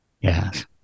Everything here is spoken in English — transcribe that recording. Yes